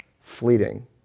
fleeting